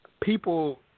people